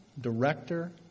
director